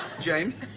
james.